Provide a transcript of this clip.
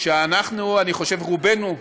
ואנחנו, אני חושב שרובנו,